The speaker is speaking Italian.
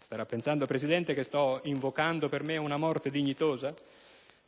Starà pensando, Presidente, che sto invocando per me una "morte dignitosa".